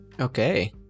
Okay